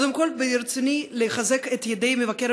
קודם כול ברצוני לחזק את ידי מבקר